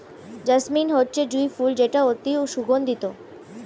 jasmine হচ্ছে জুঁই ফুল যেটা অতি সুগন্ধিত